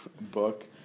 book